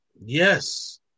Yes